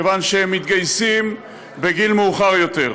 מכיוון שהם מתגייסים בגיל מאוחר יותר.